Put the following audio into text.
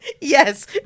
Yes